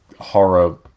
horror